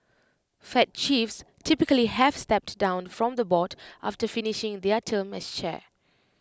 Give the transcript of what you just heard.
fed chiefs typically have stepped down from the board after finishing their term as chair